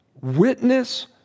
Witness